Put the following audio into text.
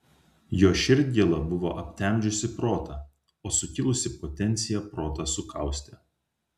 jo širdgėla buvo aptemdžiusi protą o sukilusi potencija protą sukaustė